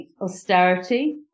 austerity